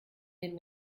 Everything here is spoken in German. den